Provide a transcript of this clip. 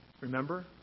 Remember